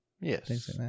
Yes